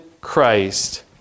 Christ